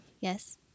Yes